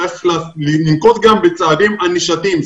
צריך לנקוט גם בצעדים ענישתיים,